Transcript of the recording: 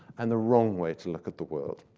and the wrong way to look at the world.